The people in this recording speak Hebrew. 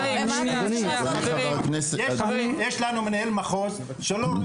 יש לנו מנהל מחוז שהחברה הבדואית לא מעניינת אותו,